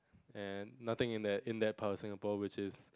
and nothing in there in there part of Singapore which is